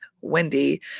Wendy